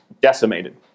decimated